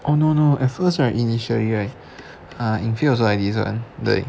oh no no at first right initially right uh yin fei also like this [one] 对